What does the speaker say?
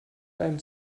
beim